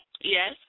Yes